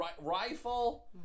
rifle